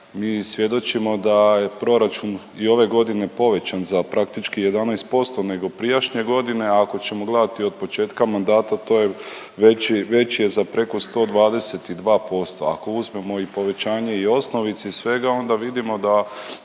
Mi svjedočimo da je proračun i ove godine povećan za praktički 11% nego prijašnje godine, a ako ćemo gledati od početka mandata to veći, veći je za preko 122%, ako uzmemo i povećanje i osnovice i svega onda vidimo da